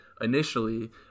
initially